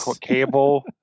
cable